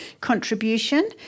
contribution